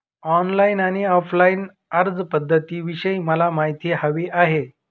online आणि offline अर्जपध्दतींविषयी मला माहिती हवी आहे